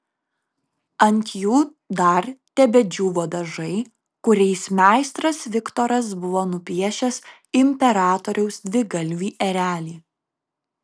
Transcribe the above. ant jų dar tebedžiūvo dažai kuriais meistras viktoras buvo nupiešęs imperatoriaus dvigalvį erelį